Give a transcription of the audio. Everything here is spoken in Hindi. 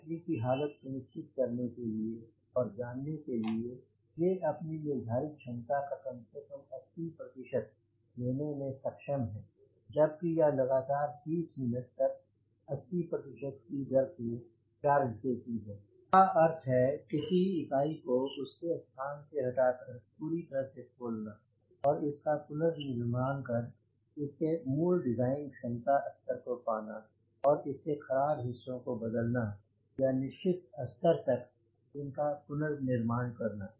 बैटरी की हालत सुनिश्चित करने के लिए और जानने के लिए कि ये अपनी निर्धारित क्षमता का कम से कम 80 देने में सक्षम हैं जब कि यह लगातार 30 मिनट तक 80 की दर से चार्ज देती है ओवर हॉल कला अर्थ है किसी इकाई को उसके स्थान से हटाकर पूरी तरह से खोलना और और इसका पुनर्निर्माण कर इसके मूल डिज़ाइन क्षमता स्तर को पाना और इसके ख़राब हिस्सों को बदलना या निश्चित स्तर तक इनका पुनर्निर्माण करना